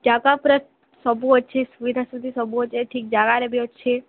ଜାଗା ପୂରା ସବୁ ଅଛି ସୁବିଧା ସବୁ ଅଛି ଏ ଠିକ୍ ଜାଗାରେ ବି ଅଛି